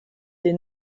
des